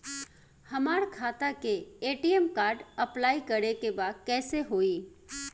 हमार खाता के ए.टी.एम कार्ड अप्लाई करे के बा कैसे होई?